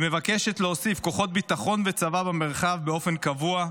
היא מבקשת להוסיף כוחות ביטחון וצבא במרחב באופן קבוע,